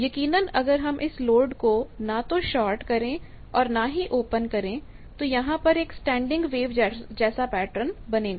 यकीनन अगर हम इस लोड को ना तो शार्ट करें और ना ही ओपन करे तो यहां पर एक स्टैंडिंग वेव जैसा पैटर्न बनेगा